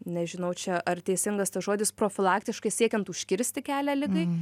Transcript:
nežinau čia ar teisingas tas žodis profilaktiškai siekiant užkirsti kelią ligai